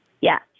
yes